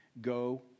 Go